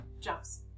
jumps